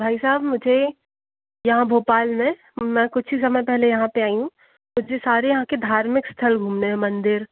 भाई सहाब मुझे यहाँ भोपाल में मैं कुछ ही समय पहले यहाँ पर आई हूँ जी सारे यहाँ के धार्मिक स्थल घूमने हैं मन्दिर